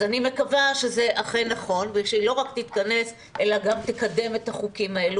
אז אני מקווה שזה אכן נכון ושהיא לא רק תתכנס אלא גם תקדם את החוקים האלה